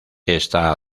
está